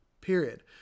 Period